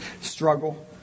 struggle